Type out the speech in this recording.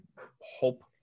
hope